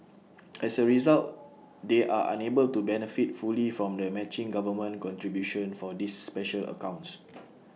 as A result they are unable to benefit fully from the matching government contribution for these special accounts